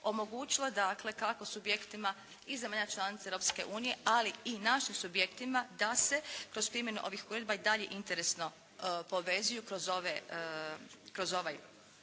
omogućile dakle kako subjektima iz zemalja članica Europske unije, ali i našim subjektima da se kroz primjenu ovih uredba i dalje interesno povezuju kroz ovaj zakon